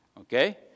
Okay